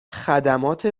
خدمات